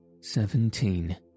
Seventeen